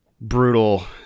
brutal